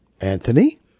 Anthony